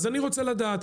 אני רוצה לדעת,